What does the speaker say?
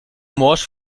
morsch